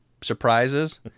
surprises